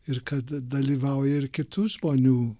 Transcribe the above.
ir kad dalyvauja ir kitų žmonių